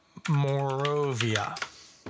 Morovia